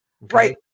Right